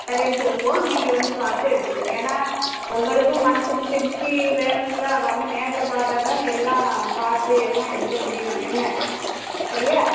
கெரையோம் சொல்லுவோம் நீங்கள் வந்து பார்த்து எடுத்துக்கிரணும் ஏன்னா உங்களுக்கும் மனசுக்கு திருப்தி வேணும்ல வந்து நேரில் பார்த்தா தான் எல்லாம் பார்த்து எல்லாம் எடுக்க முடியும் என்ன சரியா